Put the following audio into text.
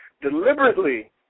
deliberately